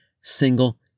single